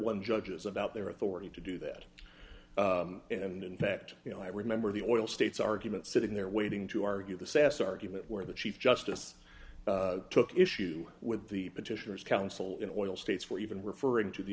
one judges about their authority to do that and in fact you know i remember the oil states argument sitting there waiting to argue the sas argument where the chief justice took issue with the petitioners counsel in oil states for even referring to the